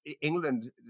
England